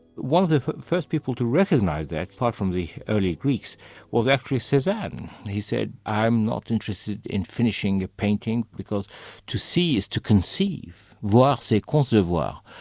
one of the first people to recognise that, apart from the early greeks was actually cezanne, he said i am not interested in finishing a painting because to see is to conceive voir c'est concevoir,